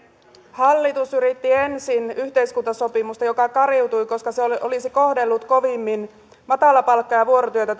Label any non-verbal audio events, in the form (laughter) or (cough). hallitus yritti ensin yhteiskuntasopimusta joka kariutui koska se olisi kohdellut kovimmin matalapalkka ja vuorotyötä (unintelligible)